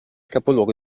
capoluogo